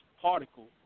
particle